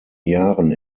jahren